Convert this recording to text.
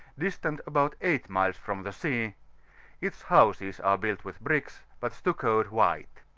distant about eight miles from the sea its houses are built with bricks, but stuccoed white.